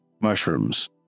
mushrooms